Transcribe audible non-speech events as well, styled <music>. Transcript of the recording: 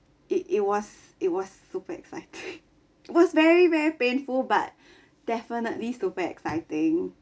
it it was it was super exciting <laughs> it was very very painful but definitely super exciting